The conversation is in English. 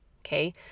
okay